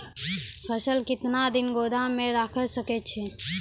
फसल केतना दिन गोदाम मे राखै सकै छौ?